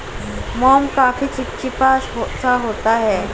मोम काफी चिपचिपा सा होता है